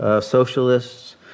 socialists